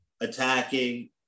attacking